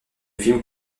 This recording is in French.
film